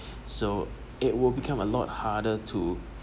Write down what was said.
so it will become a lot harder to